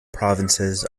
provinces